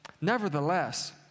Nevertheless